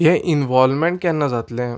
हें इनवॉल्वमेंट केन्ना जातलें